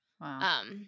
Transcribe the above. Wow